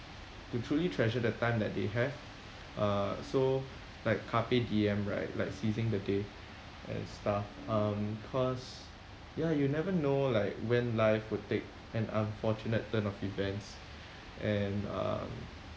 to truly treasure the time that they have uh so like carpe diem right like seizing the day and stuff um cause ya you never know like when life will take an unfortunate turn of events and uh